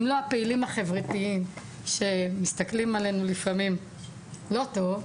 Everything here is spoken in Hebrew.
אם לא הפעילים החברתיים שמסתכלים עלינו לפעמים לא טוב,